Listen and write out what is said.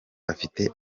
afite